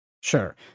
Sure